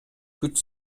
күч